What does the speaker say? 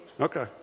Okay